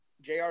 Jr